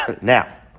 Now